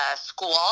school